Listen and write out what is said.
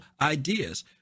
ideas